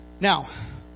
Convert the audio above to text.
Now